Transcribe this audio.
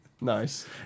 nice